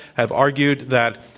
have argued that